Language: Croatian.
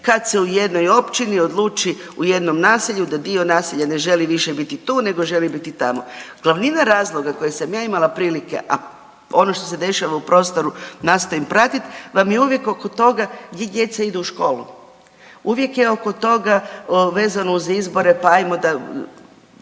kad se u jednoj općini odluči u jednom naselju da dio naselja ne želi više biti tu nego želi biti tamo. Glavnina razloga koje sam ja ima prilike, a ono što se dešava u prostoru nastojim pratit pa mi uvijek oko toga, gdje djeca idu u školu, uvijek je oko toga vezano uz izbore pa ajmo da,